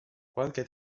qualche